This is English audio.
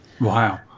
Wow